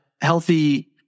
healthy